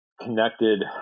connected